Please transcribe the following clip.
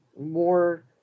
more